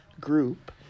group